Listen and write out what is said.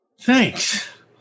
Thanks